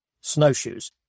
snowshoes